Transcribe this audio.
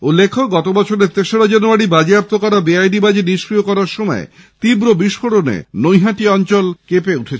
উল্লেখ্য গত বছরের তেশরা জানুয়ারি বাজেয়াপ্ত করা বেআইনি বাজি নিষ্ক্রিয় করার সময় তীব্র বিস্ফোরণে নৈহাটি কেঁপে ওঠে